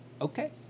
okay